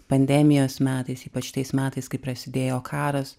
pandemijos metais ypač tais metais kai prasidėjo karas